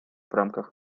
рамках